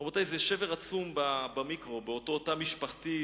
רבותי, זה שבר עצום במיקרו, באותו תא משפחתי.